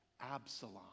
Absalom